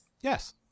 Yes